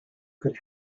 could